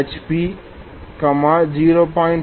25 HP 0